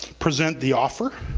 present the offer.